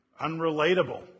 unrelatable